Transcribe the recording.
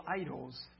idols